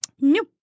nope